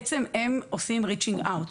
הם עושים ריצ'ינג-אאוט,